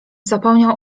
zapomniał